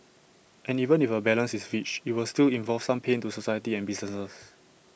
and even if A balance is reached IT will still involve some pain to society and businesses